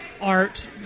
art